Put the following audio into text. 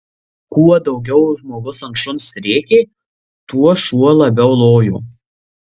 kuo daugiau žmogus ant šuns rėkė tuo šuo labiau lojo